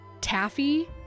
taffy